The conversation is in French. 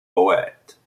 poète